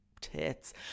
tits